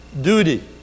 duty